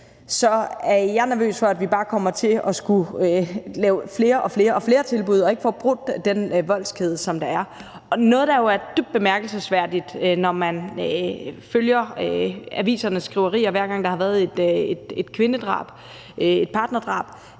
så er jeg nervøs for, at vi bare kommer til at skulle lave flere og flere tilbud og ikke får brudt den voldskæde, der er. Noget, der jo er dybt bemærkelsesværdigt, når man følger avisernes skriverier, hver gang der har været et kvindedrab, et partnerdrab,